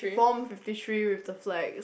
form fifty three with the fly